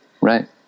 Right